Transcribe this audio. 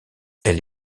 elle